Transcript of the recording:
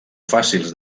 fàcils